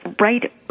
right